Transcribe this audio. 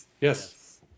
yes